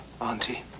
Auntie